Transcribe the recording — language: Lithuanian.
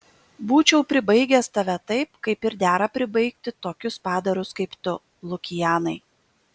būčiau pribaigęs tave taip kaip ir dera pribaigti tokius padarus kaip tu lukianai